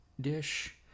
dish